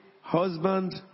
Husband